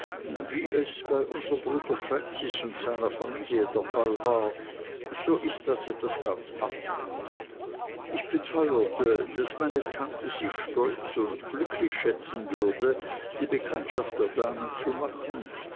wie es bei unserm bruder francis und seiner familie der fall war so ist das etwas ganz anderes ich beteuerte daß meine tante sich stolz und glücklich schätzen würde die bekanntschaft der damen zu machen